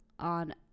on